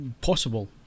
possible